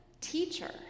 teacher